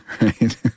right